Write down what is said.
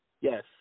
Yes